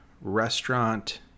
restaurant